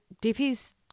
Dippy's